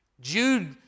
Jude